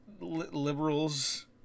liberals